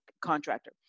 contractor